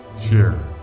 Share